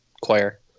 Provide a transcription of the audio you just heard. Choir